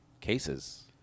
cases